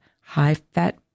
high-fat